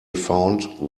found